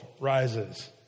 rises